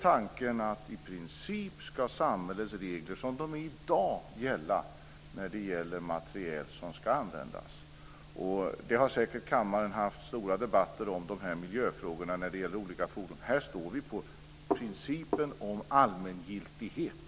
Tanken är att i princip ska samhällets regler som de är i dag gälla för materiel som ska användas. Kammaren har säkert haft stora debatter om miljöfrågorna när det gäller olika fordon. Här står vi på principen om allmängiltighet.